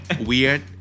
weird